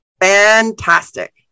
Fantastic